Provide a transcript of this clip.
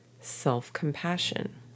self-compassion